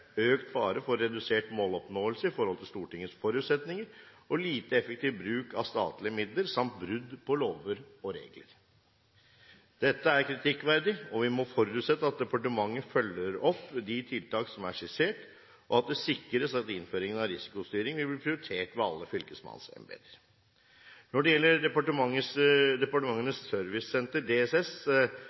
økt fare for redusert måloppnåelse i forhold til Stortingets forutsetninger og lite effektiv bruk av statlige midler samt brudd på lover og regler. Dette er kritikkverdig, og vi må forutsette at departementet følger opp de tiltak som er skissert, og at det sikres at innføring av risikostyring vil bli prioritert ved alle fylkesmannsembeter. Når det gjelder Departementenes servicesenter, DSS,